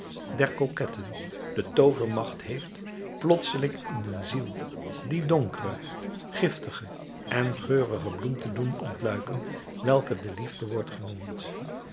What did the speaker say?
der coquetten de toovermacht heeft plotseling in een ziel die donkere giftige en geurige bloem te doen ontluiken welke de liefde wordt genoemd